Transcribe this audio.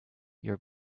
your